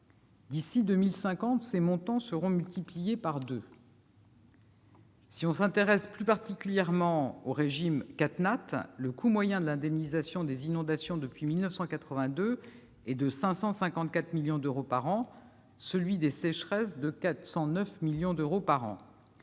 D'ici à 2050, ces montants seront multipliés par deux. Si l'on s'intéresse plus particulièrement au régime CatNat, le coût moyen de l'indemnisation des inondations depuis 1982 est de 554 millions d'euros par an et celui des sécheresses s'élève à 409 millions d'euros par an